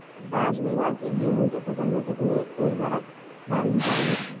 पाँच बीघा की गेहूँ की फसल में कितनी उर्वरक डालनी चाहिए?